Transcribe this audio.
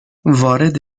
وارد